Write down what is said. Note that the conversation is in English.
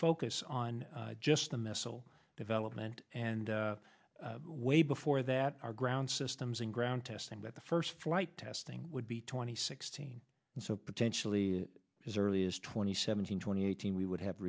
focus on just a missile development and way before that our ground systems and ground testing but the first flight testing would be twenty sixteen so potentially as early as twenty seventeen twenty eighteen we would have